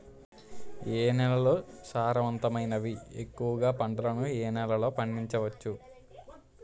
ఏ నేలలు సారవంతమైనవి? ఎక్కువ గా పంటలను ఏ నేలల్లో పండించ వచ్చు?